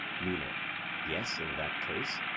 meno yes, in that case.